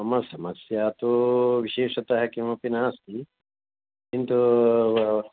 मम समस्या तु विशेषतः किमपि नास्ति किन्तु